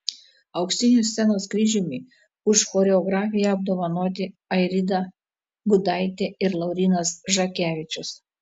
auksiniu scenos kryžiumi už choreografiją apdovanoti airida gudaitė ir laurynas žakevičius